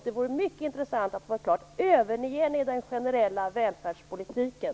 Det vore mycket intressant att få veta om ni överger den generella välfärdspolitiken.